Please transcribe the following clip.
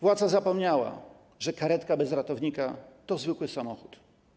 Władza zapomniała, że karetka bez ratownika to zwykły samochód.